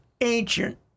ancient